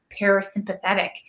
parasympathetic